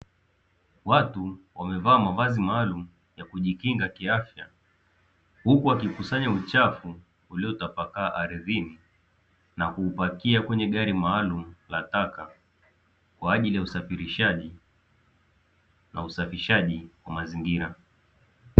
Watu wamevaa mavazi maalumu ya kujikinga kiafya, huku wakikusanya uchafu uliotapakaa ardhini na kuupakia kwenye gari maalumu la taka kwa ajili ya usafirishaji na usafishaji wa mazingira.